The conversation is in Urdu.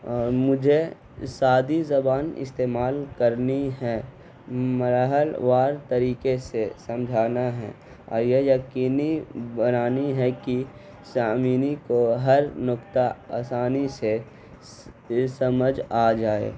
اور مجھے سادی زبان استعمال کرنی ہے مراحل وار طریقے سے سمجھانا ہے اور یہ یقینی بنانی ہے کہ سامعین کو ہر نقطہ آسانی سے سمجھ آ جائے